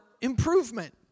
improvement